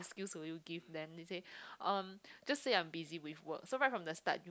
excuse will you give them then he say um just say I'm busy with work so right from the start you